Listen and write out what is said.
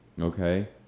Okay